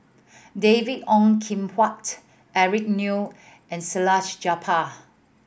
David Ong Kim Huat Eric Neo and Salleh Japar